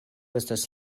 estas